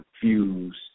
fuse